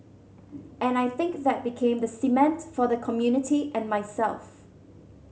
and I think that became the cement for the community and myself